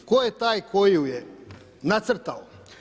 Tko je taj koji ju je nacrtao?